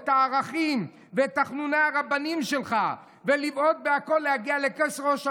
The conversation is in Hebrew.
את הערכים ואת תחנוני הרבנים שלך ולבעוט בכול כדי להגיע לכס ראש הממשלה.